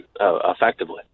effectively